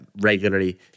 regularly